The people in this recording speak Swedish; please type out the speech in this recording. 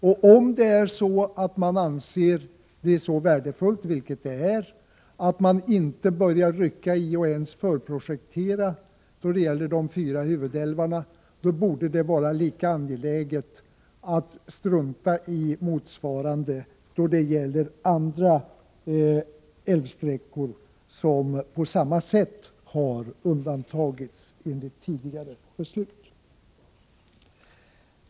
Om det är så, att man anser att de fyra huvudälvarnas bevarande är så värdefullt — och det är värdefullt — att man inte ens vill börja med förprojektering, då borde det vara lika angeläget att låta bli det när det gäller andra älvsträckor, som på samma sätt har undantagits enligt tidigare beslut.